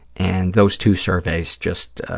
and those two surveys just,